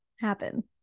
happen